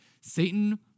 Satan